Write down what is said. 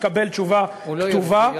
תקבל תשובה כתובה.